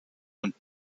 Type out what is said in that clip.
und